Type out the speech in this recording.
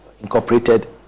incorporated